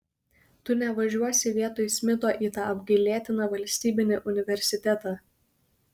tu nevažiuosi vietoj smito į tą apgailėtiną valstybinį universitetą